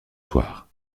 soir